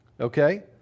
okay